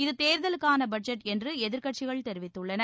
இது தேர்தலுக்கான பட்ஜெட் என்று எதிர்க்கட்சிகள் தெரிவித்துள்ளன